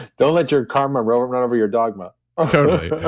don't let your karma run run over your dogma ah totally.